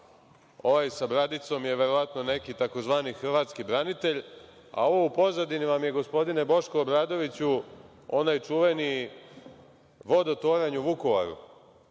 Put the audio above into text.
Ovaj sa bradicom je verovatno neki tzv. hrvatski branitelj, a ovo u pozadini vam je gospodine, Boško Obradoviću, onaj čuveni vodotoranj u Vukovaru,